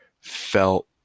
felt